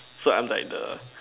so I'm like the